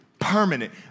permanent